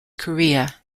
korea